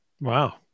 Wow